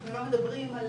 אנחנו לא מדברים על